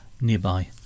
Nearby